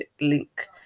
link